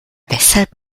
weshalb